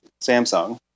Samsung